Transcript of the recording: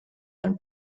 and